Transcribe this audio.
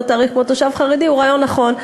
תעריף כמו תושב חרדי הוא רעיון נכון.